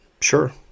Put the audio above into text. sure